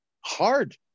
hard